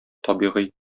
табигый